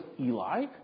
Eli